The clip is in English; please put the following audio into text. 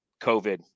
COVID